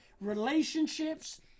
relationships